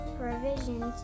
provisions